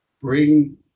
bring